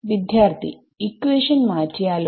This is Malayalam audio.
വിദ്യാർത്ഥി ഇക്വാഷൻ മാറ്റിയാലോ